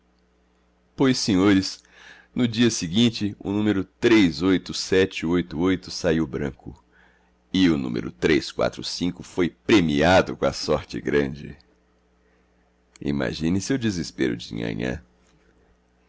pois senhores no dia seguinte um número três oito sete oito oito saiu branco e o número três quatro cinco foi premiado com a sorte grande imagine-se o desespero de nhanhã